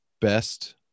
best